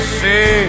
say